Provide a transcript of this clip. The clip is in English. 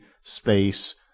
space